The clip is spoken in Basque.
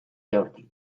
jaurti